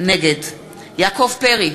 נגד יעקב פרי,